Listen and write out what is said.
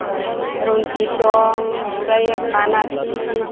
औ रन्जित दं ओमफ्राय बानाथि